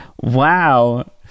Wow